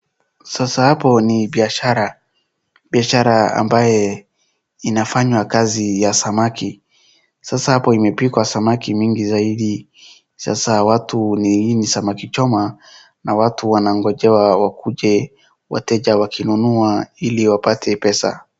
Sasa hapo ni biashara, biashara ambaye inafanywa kazi ya samaki. Sasa hapo imepikwa samaki mingi zaidi. Sasa watu hii ni samaki choma na watu wanangojewa wakuje wateja wakinunua ili wapate pesa.